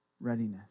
readiness